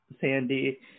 Sandy